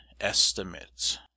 estimate